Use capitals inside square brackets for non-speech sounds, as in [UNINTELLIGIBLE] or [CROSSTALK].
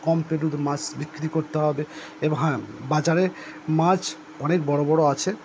কম পেলেও তো মাছ বিক্রি করতে হবে [UNINTELLIGIBLE] হ্যাঁ বাজারে মাছ অনেক বড়ো বড়ো আছে